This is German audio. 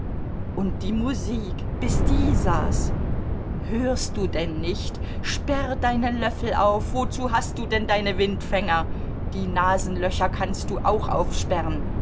und die musik bis die saß hörst du denn nicht sperr deine löffel auf wozu hast du denn deine windfänger die nasenlöcher kannst du doch auch aufsperren